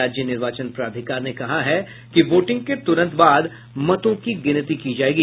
राज्य निर्वाचन प्राधिकार ने कहा है कि वोटिंग के तुरंत बाद मतों की गिनती की जायेगी